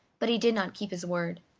but he did not keep his word.